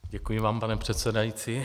Děkuji vám, pane předsedající.